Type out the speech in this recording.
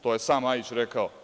To je sam Majić rekao.